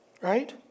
right